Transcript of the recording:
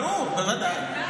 ברור, בוודאי.